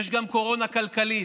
יש גם קורונה כלכלית,